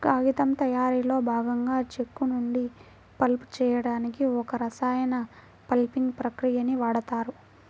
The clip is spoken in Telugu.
కాగితం తయారీలో భాగంగా చెక్క నుండి పల్ప్ చేయడానికి ఒక రసాయన పల్పింగ్ ప్రక్రియని వాడుతారు